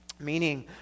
meaning